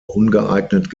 ungeeignet